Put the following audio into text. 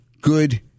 good